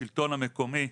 השלטון המקומי.